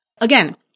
Again